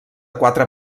quatre